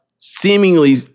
Seemingly